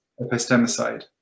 epistemicide